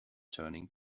turning